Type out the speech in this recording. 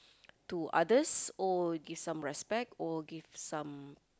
to others or give some respect or give some